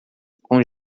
com